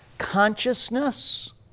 consciousness